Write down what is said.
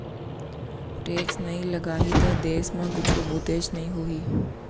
tax नइ लगाही त देस म कुछु बुतेच नइ होही